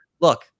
look